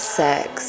sex